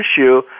issue